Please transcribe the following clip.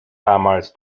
damals